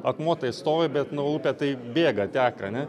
akmuo tai stovi bet nu upė tai bėga teka ane